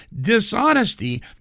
Dishonesty